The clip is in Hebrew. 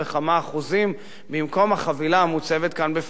אחוזים במקום החבילה המוצבת כאן בפנינו,